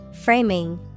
Framing